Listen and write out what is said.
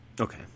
Okay